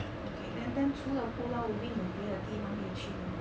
okay then then 除了 pulau ubin 有别的地方可以去的吗